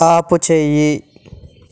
ఆపుచేయి